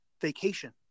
vacation